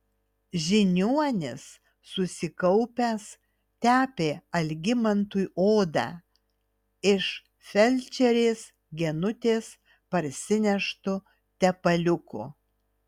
žiniuonis susikaupęs tepė algimantui odą iš felčerės genutės parsineštu tepaliuku